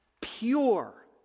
pure